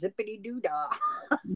zippity-doo-dah